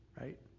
right